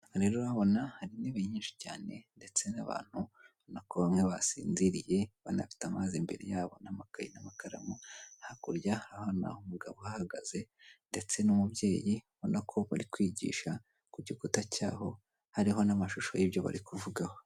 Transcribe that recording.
Umuntu wicaye ndetse nyuma ye hakaba hari ibendera akaba ari umwe mu bakoze mu rwego rwa leta aho yafashije igihugu kugira ngo kive ku rwego rumwe kigere ku rundi mu buryo bw'iterambere haba ku baturage ndetse no guteza imbere ibindi bintu bitandukanye.